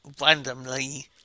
randomly